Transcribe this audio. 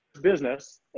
business